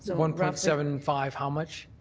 so one point seven five how much?